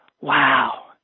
Wow